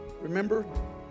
remember